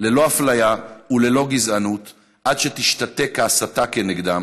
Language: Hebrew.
ללא אפליה וללא גזענות; עד שתשתתק ההסתה כנגדם,